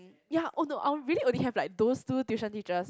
ya oh no I only really have like those two tuition teachers